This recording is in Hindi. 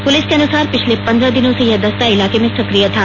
पुलिस के अनुसार पिछले पंद्रह दिनों से यह दस्ता इलाके में सक्रिय था